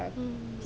mm